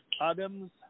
Adams